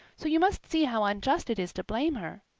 so you must see how unjust it is to blame her.